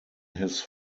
his